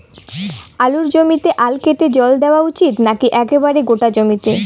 আলুর জমিতে আল কেটে জল দেওয়া উচিৎ নাকি একেবারে গোটা জমিতে?